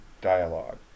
dialogue